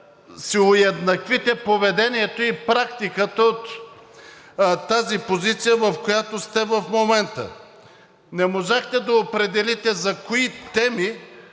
си уеднаквите поведението и практиката от тази позиция, в която сте в момента. Не можахте да определите за кои теми